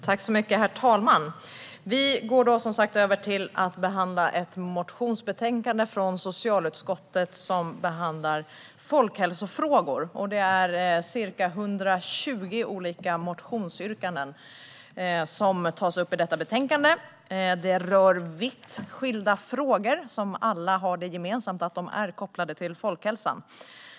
Herr talman! Vi går över till att behandla ett motionsbetänkande från socialutskottet där folkhälsofrågor behandlas. Det är ca 120 olika motionsyrkanden som tas upp i detta betänkande, och de rör vitt skilda frågor som alla har det gemensamt att de är kopplade till folkhälsan.